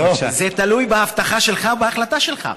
זה תלוי בהבטחה שלך ובהחלטה שלך.